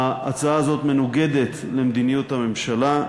ההצעה הזאת מנוגדת למדיניות הממשלה,